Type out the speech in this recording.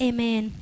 Amen